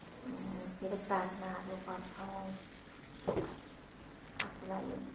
के रे प्रार्थनाहरू गर्छौँ अब आफूलाई